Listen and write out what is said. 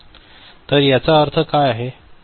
तर याचा अर्थ काय आहे